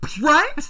Right